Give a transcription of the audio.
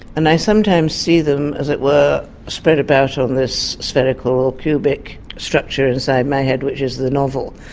and i sometimes see them as it were spread about on this spherical cubic structure inside my head which is the novel.